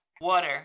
water